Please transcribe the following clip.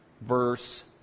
verse